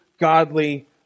godly